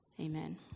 Amen